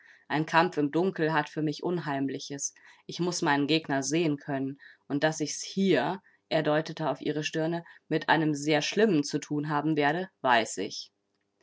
ein kampf im dunkel hat für mich unheimliches ich muß meinen gegner sehen können und daß ich's hier er deutete auf ihre stirne mit einem sehr schlimmen zu thun haben werde weiß ich